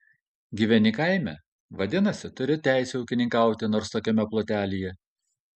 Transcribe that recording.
gyveni kaime vadinasi turi teisę ūkininkauti nors tokiame plotelyje